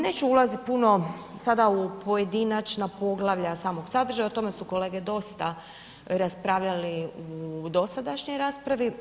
Neću ulaziti puno sada u pojedinačna poglavlja samog sadržaja, o tome su kolege dosta raspravljali u dosadašnjoj raspravi.